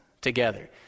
together